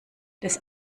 des